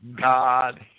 God